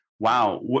Wow